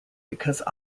because